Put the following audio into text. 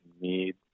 need